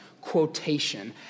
quotation